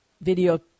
video